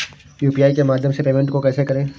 UPI के माध्यम से पेमेंट को कैसे करें?